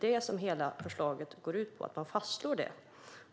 Det är det hela förslaget går ut på - att man fastslår det.